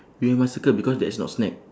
we must circle because that's not snack